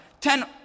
ten